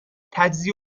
تجزیه